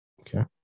Okay